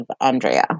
Andrea